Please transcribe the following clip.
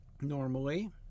normally